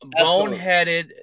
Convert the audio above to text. boneheaded